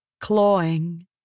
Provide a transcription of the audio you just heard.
clawing